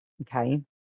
Okay